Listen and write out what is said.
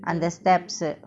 அந்த:andtha steps uh